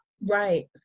Right